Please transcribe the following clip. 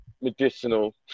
medicinal